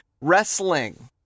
Wrestling